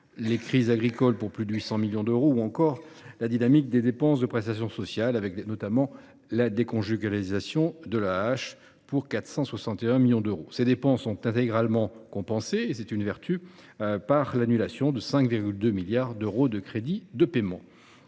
des crises agricoles, pour plus de 800 millions d’euros, et de la dynamique des dépenses de prestations sociales, avec notamment la déconjugalisation de l’AAH pour 461 millions d’euros. Ces dépenses sont intégralement compensées, et c’est vertueux, par l’annulation de 5,2 milliards d’euros de crédits de paiement.